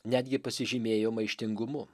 netgi pasižymėjo maištingumu